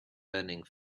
burning